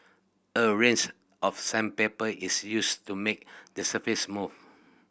a range of sandpaper is used to make the surface smooth